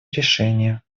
решения